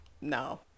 No